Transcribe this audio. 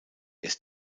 ist